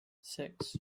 six